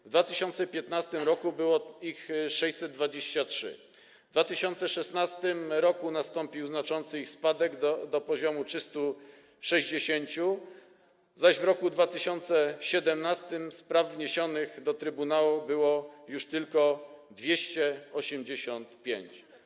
W 2025 r. było ich 623, w 2016 r. nastąpił znaczący ich spadek - do poziomu 360, zaś w roku 2017 spraw wniesionych do trybunału było już tylko 285.